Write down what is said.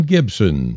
Gibson